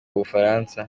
bufaransa